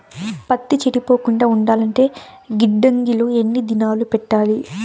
పత్తి చెడిపోకుండా ఉండాలంటే గిడ్డంగి లో ఎన్ని దినాలు పెట్టాలి?